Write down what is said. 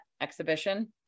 exhibition